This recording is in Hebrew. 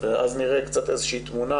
ואז נראה קצת איזושהי תמונה,